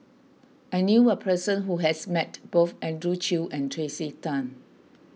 I knew a person who has met both Andrew Chew and Tracey Tan